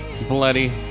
bloody